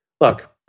Look